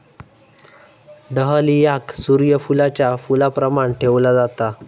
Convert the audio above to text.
डहलियाक सूर्य फुलाच्या फुलाप्रमाण ठेवला जाता